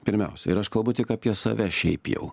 pirmiausia ir aš kalbu tik apie save šiaip jau